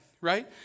Right